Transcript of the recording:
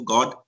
God